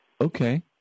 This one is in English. Okay